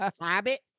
Habit